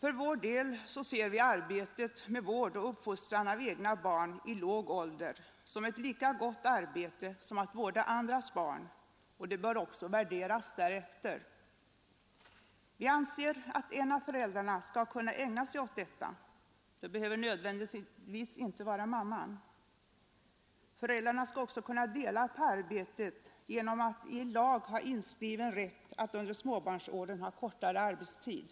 För vår del ser vi arbetet med vård och uppfostran av egna barn i låg ålder som ett lika gott arbete som att vårda andras barn, och det bör också värderas därefter. Vi anser att en av föräldrarna skall kunna ägna sig åt detta — det behöver inte nödvändigtvis vara mamman. Föräldrarna skall också kunna dela på arbetet genom en i lag inskriven rätt att under småbarnsåren ha kortare arbetstid.